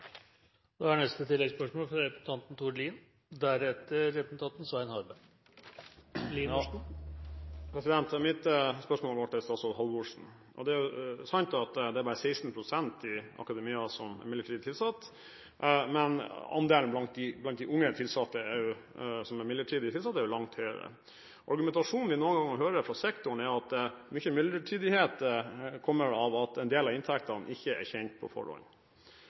Mitt spørsmål går til statsråd Halvorsen. Det er sant at det er bare 16 pst. som er midlertidig tilsatt i akademia, men andelen blant de unge midlertidig tilsatte er betydelig høyere. Argumentasjonen man noen ganger hører fra sektoren, er at mye midlertidighet kommer av at en del av inntektene ikke er kjent på